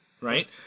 right